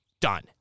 done